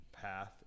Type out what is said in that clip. path